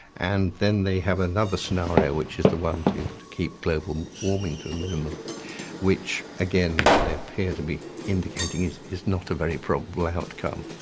and then they have another scenario which is the one to to keep global warming to a minimum which, again, they appear to be indicating is is not a very probable outcome,